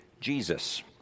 Jesus